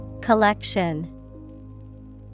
Collection